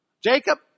Jacob